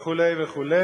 וכו' וכו',